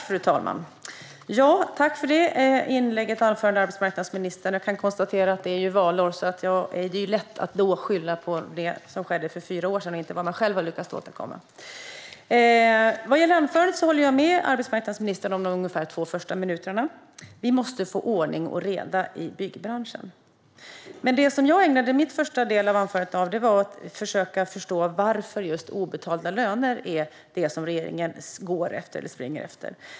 Fru talman! Tack för anförandet, arbetsmarknadsministern! Jag kan konstatera att det är valår, och då är det lätt att skylla på det som skedde för fyra år sedan och inte tala om vad man själv har lyckats åstadkomma. Vad gäller anförandet håller jag med arbetsmarknadsministern om ungefär de två första minuterna - vi måste få ordning och reda i byggbranschen. Men det jag ägnade första delen av mitt anförande åt var att försöka förstå varför just obetalda löner är det som regeringen springer efter.